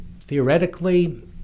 Theoretically